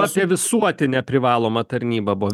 apie visuotinę privalomą tarnybą buvo